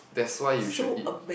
that's why you should eat